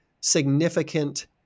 significant